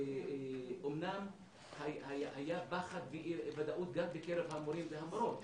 אמנם היה פחד ואי ודאות גם בקרב המורים והמורות,